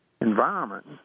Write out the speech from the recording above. environment